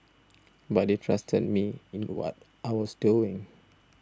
but they trusted me in what I was doing